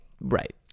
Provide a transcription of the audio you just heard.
right